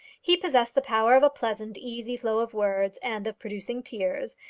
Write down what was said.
he possessed the power of a pleasant, easy flow of words, and of producing tears,